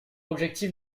objectif